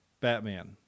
Batman